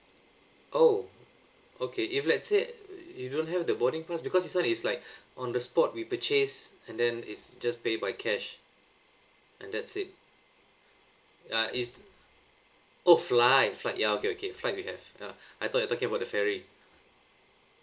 oh okay if let's say you don't have the boarding pass because this [one] is like on the spot we purchase and then it's just pay by cash and that's it ya is oh flight flight ya okay okay flight we have uh I thought you're talking about the ferry